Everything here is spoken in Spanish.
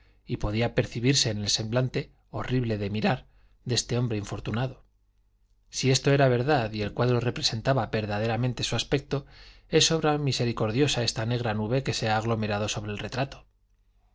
y podía percibirse en el semblante horrible de mirar de este hombre infortunado si esto era verdad y el cuadro representaba verdaderamente su aspecto es obra misericordiosa esta negra nube que se ha aglomerado sobre el retrato